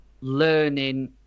learning